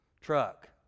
truck